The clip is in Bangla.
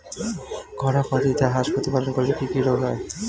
ঘরোয়া পদ্ধতিতে হাঁস প্রতিপালন করলে কি কি রোগ হয়?